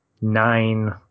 nine